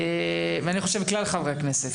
אני חושב שכלל חברי הכנסת